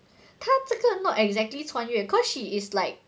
他这个 not exactly 穿越 cause she is like